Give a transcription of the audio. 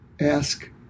ask